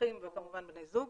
אחים וכמובן בני זוג.